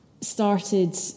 started